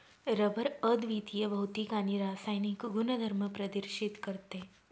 rubber अद्वितीय भौतिक आणि रासायनिक गुणधर्म प्रदर्शित करते